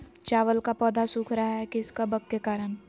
चावल का पौधा सुख रहा है किस कबक के करण?